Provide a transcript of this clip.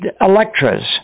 Electras